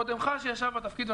קודמך שישב בתפקיד,